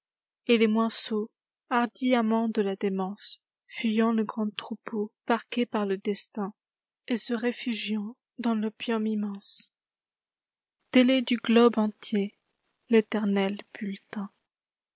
et les moins sots hardis amants de la démence fuyant le grand troupeau parqué par le destin et se réfugiant dans l'opium immense tel est du globe entier téternel bulletin